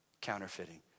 counterfeiting